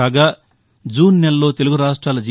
కాగా జూన్ నెలలో తెలుగు రాష్ట్రాల జీ